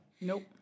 nope